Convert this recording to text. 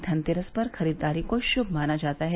धनतेरस पर खरीदारी को शुभ माना जाता है